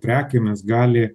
prekėmis gali